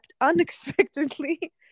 unexpectedly